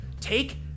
take